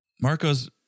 Marco's